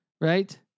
right